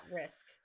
risk